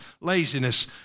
laziness